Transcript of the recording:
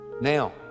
Now